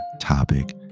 topic